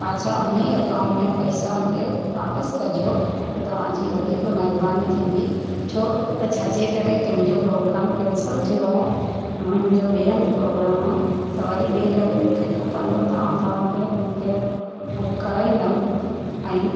पाछा उन ई अकाउंट में पैसा मूंखे वापसि कजो त तव्हांजी वधीक महिरबानी थींदी छो त छाजे करे की मुंहिंजो प्रोग्राम कैंसिल थियो आहे मुंहिंजो ॿिए हंधि प्रोग्राम आहे त वरी ॿिए कॾहिं मूंखे खपंदो त तव्हांखे कैब बुक कराईंदमि ऐं